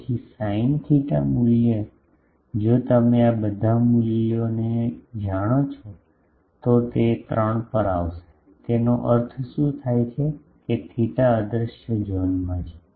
તેથી sine theta મૂલ્ય જો તમે આ બધા મૂલ્યોને જાણો છો તો તે 3 પર આવશે તેનો અર્થ શું થાય છે કે થેટા અદ્રશ્ય ઝોનમાં છે